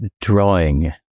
drawing